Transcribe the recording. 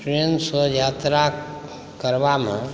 ट्रेनसँ यात्रा करबामे